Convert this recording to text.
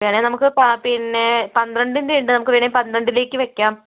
വേണേൽ നമുക്ക് പാ പിന്നെ പന്ത്രണ്ടിന്റെ ഉണ്ട് നമുക്ക് വേണേൽ പന്ത്രണ്ടിലേക്ക് വയ്ക്കാം